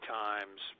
times